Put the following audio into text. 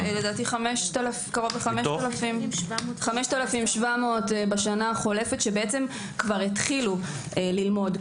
לדעתי 5,700 בשנה החולפת שכבר התחילו ללמוד.